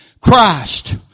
Christ